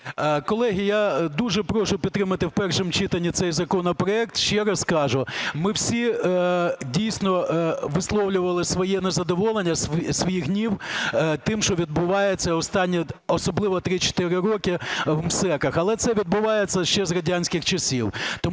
Колеги, я дуже прошу підтримати в першому читанні цей законопроект. Ще раз кажу, ми всі, дійсно, висловлювали своє незадоволення, свій гнів тим, що відбувається останні особливо 3-4 роки в МСЕК, але це відбувається ще з радянських часів.